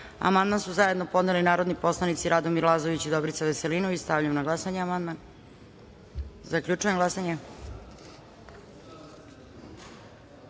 amandman su zajedno podneli narodni poslanici Radomir Lazović i Dobrica Veselinović. Stavljam na glasanje amandman. Zaključujem glasanje: